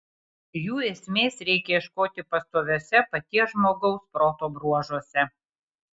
jų esmės reikia ieškoti pastoviuose paties žmogaus proto bruožuose